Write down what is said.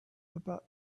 about